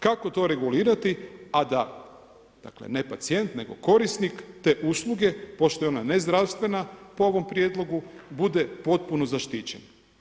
Kako to regulirati a da, ne pacijent nego korisnik te usluge pošto je ona nezdravstvena po ovom prijedlogu bude potpuno zaštićena?